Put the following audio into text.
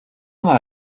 war